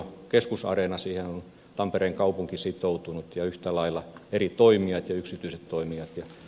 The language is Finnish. siihen on tampereen kaupunki sitoutunut ja yhtä lailla eri toimijat ja yksityiset toimijat